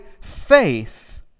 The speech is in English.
faith